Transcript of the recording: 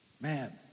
man